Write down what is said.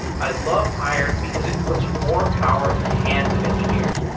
i love hired because it puts more power in the hands of engineers.